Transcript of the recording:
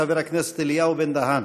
חבר הכנסת אליהו בן-דהן,